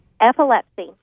Epilepsy